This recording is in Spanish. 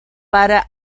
para